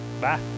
Bye